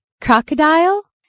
crocodile